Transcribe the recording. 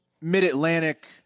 Mid-Atlantic